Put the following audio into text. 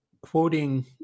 quoting